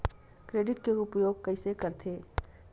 Credit के उपयोग कइसे करथे?